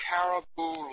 Caribou